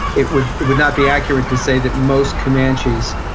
it would it would not be accurate to say that most comanches